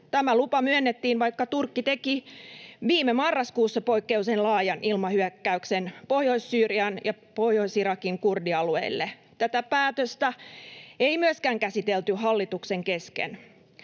Tämä lupa myönnettiin, vaikka Turkki teki viime marraskuussa poikkeuksellisen laajan ilmahyökkäyksen Pohjois-Syyrian ja Pohjois-Irakin kurdialueille. Tätä päätöstä ei myöskään käsitelty hallituksen kesken.